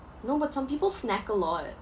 no but some people snack a lot